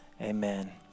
Amen